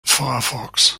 firefox